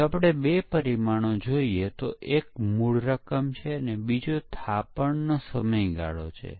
હવે ચાલો આ સવાલનો જવાબ આપીએ કે સોફ્ટવેર ડેવલપમેન્ટમાં ક્યારે પરીક્ષણ કરવામાં આવે છે